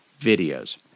videos